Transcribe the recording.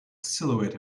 silhouette